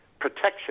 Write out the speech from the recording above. protection